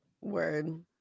word